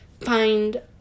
find